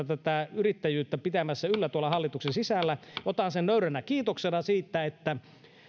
tätä yrittäjyyttä pitämässä yllä hallituksen sisällä otan sen nöyränä kiitoksena siitä että